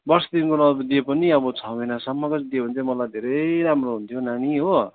वर्ष दिनको नदिए पनि अब छ महिनासम्मको दियो भने चाहिँ मलाई धेरै राम्रो हुने थियो नानी हो